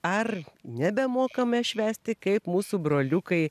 ar nebemokame švęsti kaip mūsų broliukai